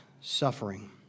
suffering